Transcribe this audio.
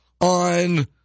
on